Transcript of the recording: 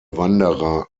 wanderer